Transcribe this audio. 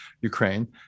Ukraine